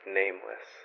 nameless